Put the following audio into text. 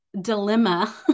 dilemma